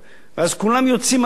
אז כולם יוצאים מרוויחים.